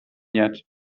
yet